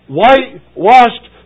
whitewashed